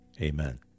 amen